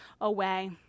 away